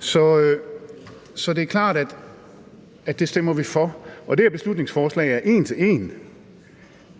Så det er klart, at det stemmer vi for. Det her beslutningsforslag er en til en